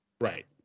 right